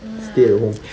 no lah